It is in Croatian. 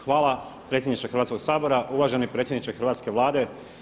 Hvala predsjedniče Hrvatskog sabora, uvaženi predsjedniče hrvatske Vlade.